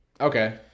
Okay